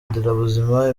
nderabuzima